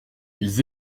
ils